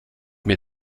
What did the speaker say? mir